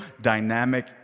dynamic